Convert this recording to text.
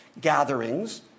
gatherings